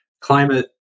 climate